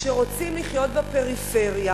שרוצים לחיות בפריפריה